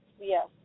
Yes